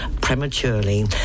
prematurely